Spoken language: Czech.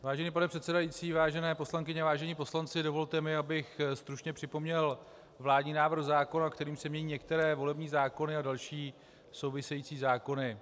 Vážený pane předsedající, vážené poslankyně, vážení poslanci, dovolte mi, abych stručně připomněl vládní návrh zákona, kterým se mění některé volební zákony a další související zákony.